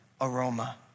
aroma